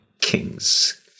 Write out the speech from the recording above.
kings